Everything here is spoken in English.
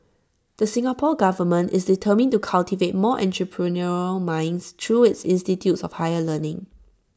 the Singapore Government is determined to cultivate more entrepreneurial minds through its institutes of higher learning